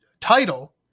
title